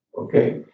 Okay